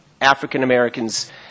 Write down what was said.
African-Americans